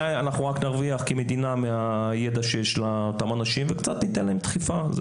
אנחנו כמדינה רק נרוויח מהידע שיש לאותם עולים וגם ניתן להם דחיפה.